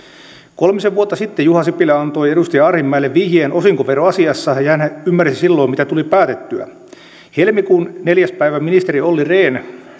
kolmisen vuotta sitten juha sipilä antoi edustaja arhinmäelle vihjeen osinkoveroasiassa ja hän ymmärsi silloin mitä tuli päätettyä helmikuun neljäs päivä tänä vuonna ministeri olli rehn